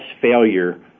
failure